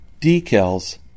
Decals